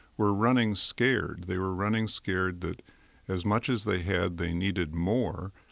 were running scared. they were running scared that as much as they had they needed more.